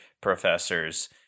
professors